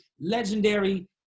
legendary